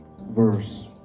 verse